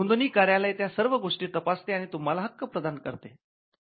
नोंदणी कार्यालय त्या सर्व गोष्टी तपासते आणि तुम्हाला हक्क प्रदान करत करते